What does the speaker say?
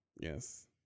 yes